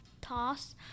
toss